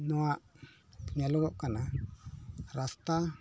ᱱᱚᱣᱟ ᱧᱮᱞᱚᱜᱚᱜ ᱠᱟᱱᱟ ᱨᱟᱥᱛᱟ